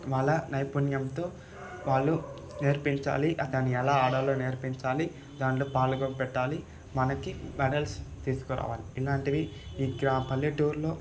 వాళ్ళ నైపుణ్యంతో వాళ్ళు నేర్పించాలి దాన్ని ఎలా ఆడాలో నేర్పించాలి దాంట్లో పాల్గొన పెట్టాలి మనకి మెడల్స్ తీసుకురావాలి ఇలాంటివి ఇక్కడ పల్లెటూర్లో